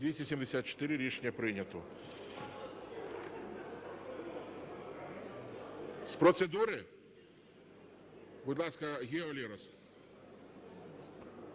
За-274 Рішення прийнято. З процедури? Будь ласка, Гео Лерос.